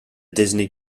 disney